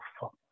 fuck